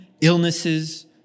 illnesses